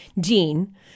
gene